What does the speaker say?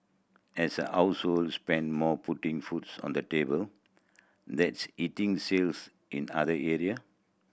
as households spend more putting foods on the table that's hitting sales in other area